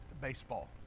baseball